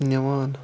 نِوان